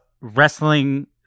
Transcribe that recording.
wrestling